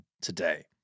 today